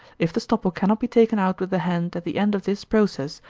if the stopple cannot be taken out with the hand at the end of this process,